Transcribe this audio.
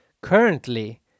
currently